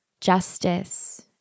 justice